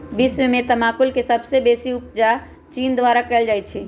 विश्व में तमाकुल के सबसे बेसी उपजा चीन द्वारा कयल जाइ छै